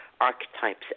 archetypes